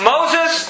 Moses